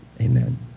amen